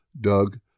Doug